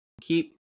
keep